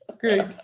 Great